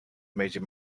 major